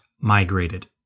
migrated